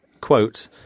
quote